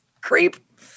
creep